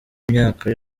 imyaka